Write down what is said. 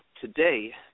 today